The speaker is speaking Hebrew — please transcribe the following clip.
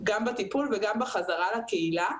גם בטיפול וגם בחזרה לקהילה.